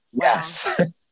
yes